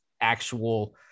actual